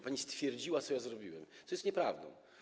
Pani stwierdziła, co ja zrobiłem, co jest nieprawdą.